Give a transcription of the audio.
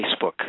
Facebook